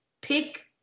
pick